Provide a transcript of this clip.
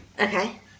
Okay